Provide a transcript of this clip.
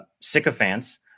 sycophants